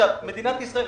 מדינת ישראל,